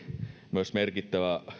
myös merkittävä